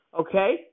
Okay